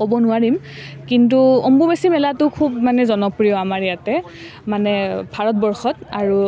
ক'ব নোৱাৰিম কিন্তু অম্বুবাচী মেলাটো খুব মানে জনপ্ৰিয় আমাৰ ইয়াতে মানে ভাৰতবৰ্ষত আৰু